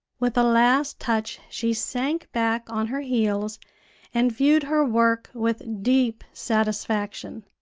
with a last touch she sank back on her heels and viewed her work with deep satisfaction.